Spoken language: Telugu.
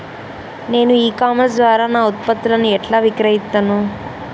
నేను ఇ కామర్స్ ద్వారా నా ఉత్పత్తులను ఎట్లా విక్రయిత్తను?